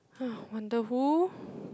wonder who